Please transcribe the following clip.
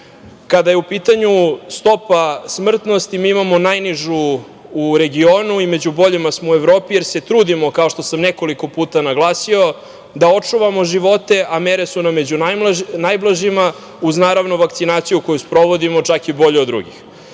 je u pitanju stopa smrtnosti, mi imamo najnižu u regionu i među boljima smo u Evropi, jer se trudimo, kao što sam nekoliko puta naglasio, da očuvamo živote, a mere su nam među najblažima, uz naravno vakcinaciju koju sprovodimo čak i bolje od